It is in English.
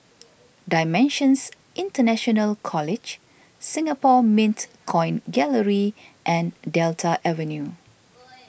Dimensions International College Singapore Mint Coin Gallery and Delta Avenue